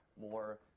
more